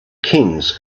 kings